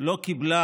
לא קיבלה